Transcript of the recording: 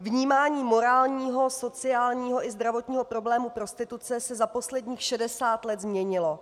Vnímání morálního, sociálního i zdravotního problému prostituce se za posledních 60 let změnilo.